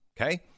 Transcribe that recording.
okay